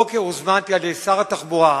הבוקר הוזמנתי על-ידי שר התחבורה